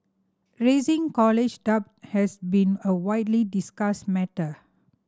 rising college debt has been a widely discussed matter